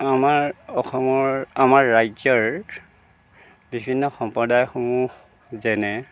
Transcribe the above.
আমাৰ অসমৰ আমাৰ ৰাজ্যৰ বিভিন্ন সম্প্ৰদায়সমূহ যেনে